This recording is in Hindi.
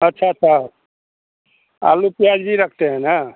अच्छा तो आलू प्याज़ भी रखते हैं न